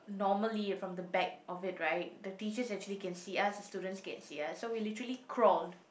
normally from the back of it right the teachers actually can see us and students can see us so we literally crawled